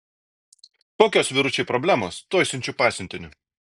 kokios vyručiai problemos tuoj siunčiu pasiuntinį